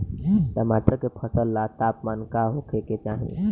टमाटर के फसल ला तापमान का होखे के चाही?